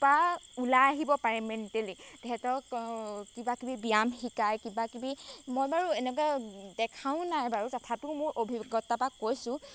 ওলাই আহিব পাৰে মেণ্টেলি তেহেঁতক কিবাকিবি ব্যায়াম শিকায় কিবাকিবি মই বাৰু এনেকুৱা দেখাও নাই বাৰু তথাপিও মোৰ অভিজ্ঞতাৰ পৰা কৈছোঁ